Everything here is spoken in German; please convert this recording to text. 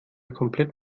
komplett